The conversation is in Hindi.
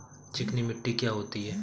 चिकनी मिट्टी क्या होती है?